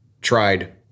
tried